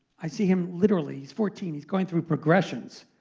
i see him literally, he's fourteen. he's going through progressions.